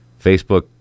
Facebook